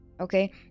Okay